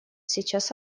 сейчас